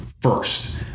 first